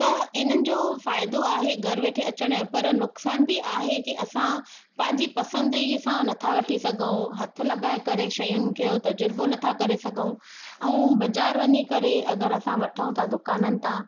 त इन्हनि जो फ़ाइदो आहे घर वेठे अचण जो पर नुक़सान बि आहे की असां पंहिंजी पसंदीअ सां नथा वठी सघूं हथु लॻाए करे शयुनि खे उहो तज़ुर्बो नथा करे सघूं ऐं बाज़ारि वञी करे अगरि असां वठूं था दुकाननि हितां